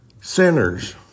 sinners